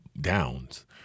downs